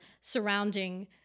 surrounding